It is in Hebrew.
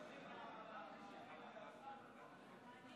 נעבור להצעה לסדר-היום בנושא: הקפאת התכנון והבניה